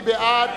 מי בעד,